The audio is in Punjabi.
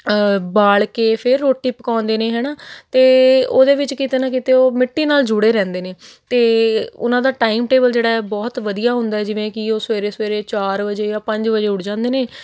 ਬਾਲ ਕੇ ਫਿਰ ਰੋਟੀ ਪਕਾਉਂਦੇ ਨੇ ਹੈ ਨਾ ਅਤੇ ਉਹਦੇ ਵਿੱਚ ਕਿਤੇ ਨਾ ਕਿਤੇ ਉਹ ਮਿੱਟੀ ਨਾਲ ਜੁੜੇ ਰਹਿੰਦੇ ਨੇ ਅਤੇ ਉਹਨਾਂ ਦਾ ਟਾਈਮ ਟੇਬਲ ਜਿਹੜਾ ਬਹੁਤ ਵਧੀਆ ਹੁੰਦਾ ਜਿਵੇਂ ਕਿ ਉਹ ਸਵੇਰੇ ਸਵੇਰੇ ਚਾਰ ਵਜੇ ਜਾਂ ਪੰਜ ਵਜੇ ਉੱਠ ਜਾਂਦੇ ਨੇ